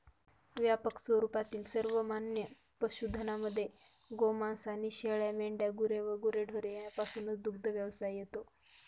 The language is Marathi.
व्यापक स्वरूपातील सर्वमान्य पशुधनामध्ये गोमांस आणि शेळ्या, मेंढ्या व गुरेढोरे यापासूनचा दुग्धव्यवसाय येतो